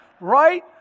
right